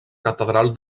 catedral